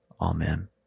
Amen